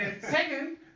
second